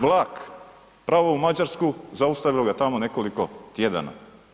Vlak, pravo u Mađarsku, zaustavilo ga tamo nekoliko tjedana.